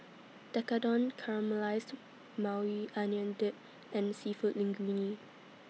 Tekkadon Caramelized Maui Onion Dip and Seafood Linguine